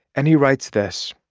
and he writes this,